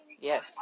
Yes